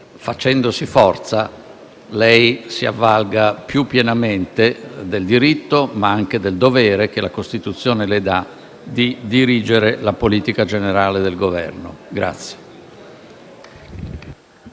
facendosi forza, lei si avvalga più pienamente del diritto, ma anche del dovere, che la Costituzione le dà di dirigere la politica generale del Governo.